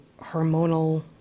hormonal